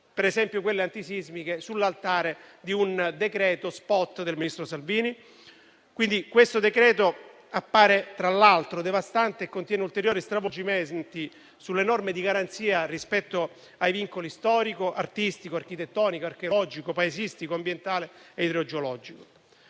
per esempio quelle antisismiche, in virtù di un decreto *spot* del ministro Salvini? Il provvedimento appare devastante e contiene ulteriori stravolgimenti delle norme di garanzia rispetto ai vincoli storici, artistici, architettonici, archeologici, paesistici, ambientali e idrogeologici.